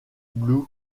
blue